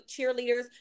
cheerleaders